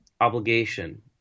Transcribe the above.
obligation